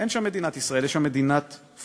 אין שם מדינת ישראל, יש שם מדינת פלסטין.